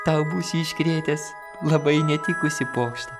tau būsiu iškrėtęs labai netikusį pokštą